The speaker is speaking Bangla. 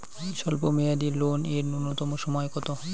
স্বল্প মেয়াদী লোন এর নূন্যতম সময় কতো?